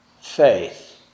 faith